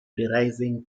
deriving